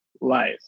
life